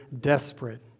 desperate